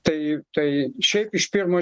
tai tai šiaip iš pirmo